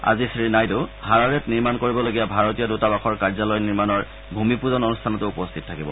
আজি শ্ৰীনাইডু হাৰাৰেত নিৰ্মাণ কৰিবলগীয়া ভাৰতীয় দৃতাবাসৰ কাৰ্যালয় নিৰ্মাণৰ ভূমিপূজন অনুষ্ঠানতো উপস্থিত থাকিব